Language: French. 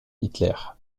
hitler